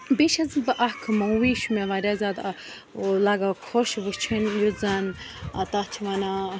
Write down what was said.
بیٚیہِ چھَس بہٕ اَکھ موٗوی چھُ مےٚ واریاہ زیادٕ لَگان خۄش وٕچھٕنۍ یُس زَن تَتھ چھِ وَنان